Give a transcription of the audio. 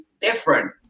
different